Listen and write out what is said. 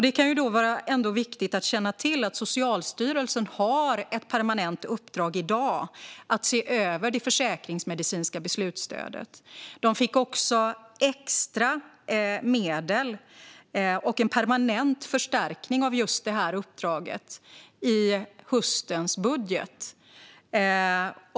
Det kan då ändå vara viktigt att känna till att Socialstyrelsen i dag har ett permanent uppdrag att se över det försäkringsmedicinska beslutsstödet. Socialstyrelsen fick också extra medel och en permanent förstärkning av just detta uppdrag i höstens budget.